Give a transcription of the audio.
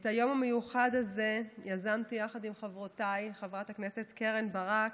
את היום המיוחד הזה יזמתי יחד עם חברותיי חברת הכנסת קרן ברק,